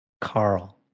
Carl